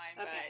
Okay